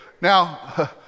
Now